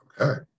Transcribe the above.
Okay